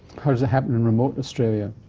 how does that happen in remote australia,